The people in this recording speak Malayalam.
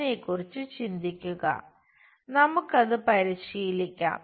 അതിനെക്കുറിച്ച് ചിന്തിക്കുക നമുക്ക് അത് പരിശീലിക്കാം